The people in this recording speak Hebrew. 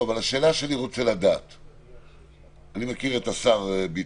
אני מכיר את השר ביטון.